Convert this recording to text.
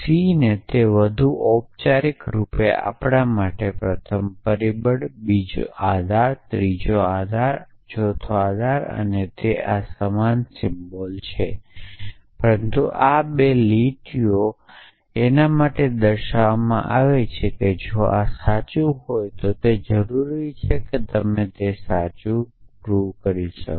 c ને તે વધુ ઑપચારિક રૂપે આપણે આ પ્રથમ બીજી ત્રીજી અને ચોથી પ્રિમીસિસ સિમ્બલ્સ આપે છે પરંતુ આ 2 લીટીઓ લલચાવા માટે છે જે કહે છે કે જો આ સાચું હોય તો તે જરૂરી છે કે તમે તે સાચું નહીં કરી શકો